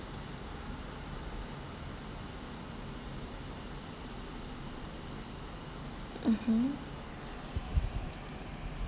mmhmm